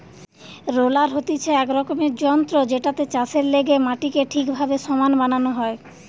roller হতিছে এক রকমের যন্ত্র জেটাতে চাষের লেগে মাটিকে ঠিকভাবে সমান বানানো হয়